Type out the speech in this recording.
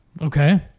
Okay